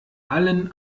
allen